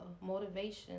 motivation